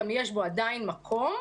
ויש בחוג עדיין מקום,